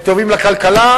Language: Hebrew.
הם טובים לכלכלה,